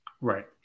right